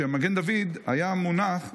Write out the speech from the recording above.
שהמגן דוד היה מונח,